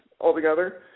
altogether